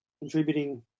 contributing